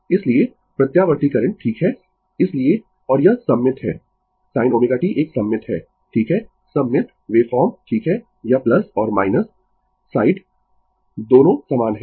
इसलिए प्रत्यावर्ती करंट ठीक है इसलिए और यह सममित है sin ω t एक सममित है ठीक है सममित वेवफॉर्म ठीक है यह और माइनस साइड दोनों समान है